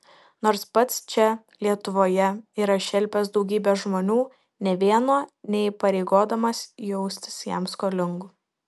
nors pats čia lietuvoje yra šelpęs daugybę žmonių nė vieno neįpareigodamas jaustis jam skolingu